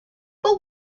but